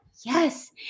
yes